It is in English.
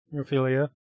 Ophelia